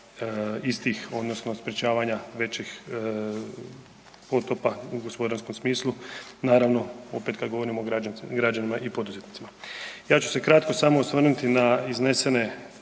istih odnosno sprečavanja većih potopa u gospodarskom smislu, naravno opet kada govorimo o građanima i poduzetnicima. Ja ću se kratko samo osvrnuti na iznesene